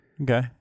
Okay